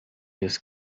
des